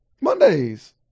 Mondays